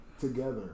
Together